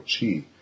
chi